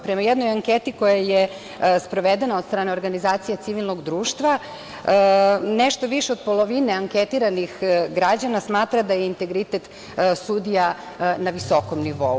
Prema jednoj anketi koja je sprovedena od strane organizacije civilnog društva, nešto više od polovine anketiranih građana smatra da je integritet sudija na visokom nivou.